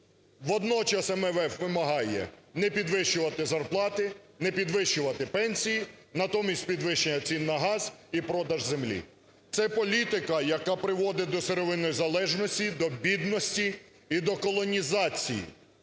Водночас МВФ вимагає не підвищувати зарплати, не підвищувати пенсії. Натомість підвищення цін на газ і продаж землі. Це політика, яка приводить до сировинної залежності, до бідності і до колонізації.